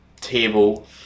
table